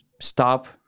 stop